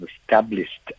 established